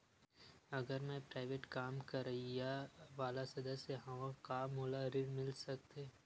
अगर मैं प्राइवेट काम करइया वाला सदस्य हावव का मोला ऋण मिल सकथे?